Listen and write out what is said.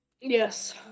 Yes